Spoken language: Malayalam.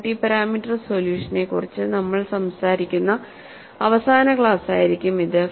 മൾട്ടി പാരാമീറ്റർ സൊല്യൂഷനെക്കുറിച്ച് നമ്മൾ സംസാരിക്കുന്ന അവസാന ക്ലാസായിരിക്കും ഇത്